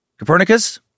Copernicus